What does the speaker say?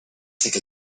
take